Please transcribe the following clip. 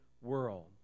world